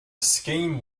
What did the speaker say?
scheme